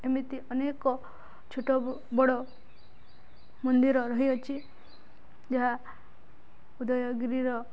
ଏମିତି ଅନେକ ଛୋଟ ବଡ଼ ମନ୍ଦିର ରହିଅଛି ଯାହା ଉଦୟଗିରିର